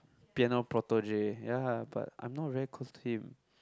piano prodigy ya but I 'm not very close to him